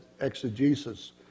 exegesis